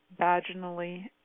vaginally